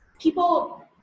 people